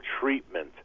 Treatment